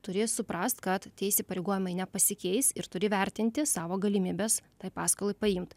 turi suprast kad tie įsipareigojimai nepasikeis ir turi vertinti savo galimybes tai paskolai paimt